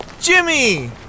Jimmy